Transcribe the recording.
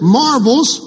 marvels